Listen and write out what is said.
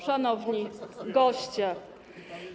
Szanowni Goście!